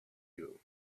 you